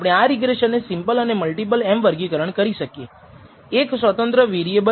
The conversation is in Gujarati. આ ધારણાઓ જે એરર વિશે કરવામાં આવે છે તે ખોટી માહિતી છે કે કેમ તે વાજબી છે કે નહીં તેને દૂર કરી શકાય છે કે નહીં